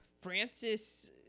Francis